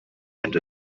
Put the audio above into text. and